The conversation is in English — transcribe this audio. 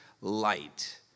light